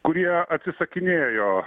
kurie atsisakinėjo